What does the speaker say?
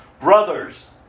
Brothers